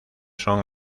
son